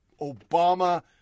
Obama